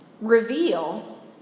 reveal